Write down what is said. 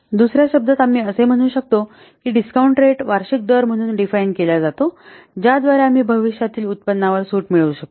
दुसर्या शब्दात आम्ही असे म्हणू शकतो की डिस्कॉऊंन्ट रेट वार्षिक दर म्हणून डिफाईन केला जातो ज्याद्वारे आम्ही भविष्यातील उत्पन्नावर सूट मिळतो